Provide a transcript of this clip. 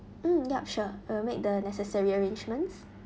mm yup sure we'll make the necessary arrangements